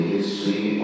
History